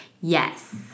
Yes